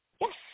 yes